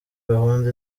gahunda